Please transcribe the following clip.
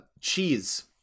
cheese